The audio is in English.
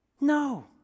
No